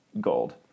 gold